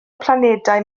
planedau